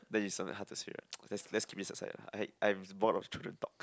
that is something hard to say right let's let's keep it aside ah I'm I'm bored of children talk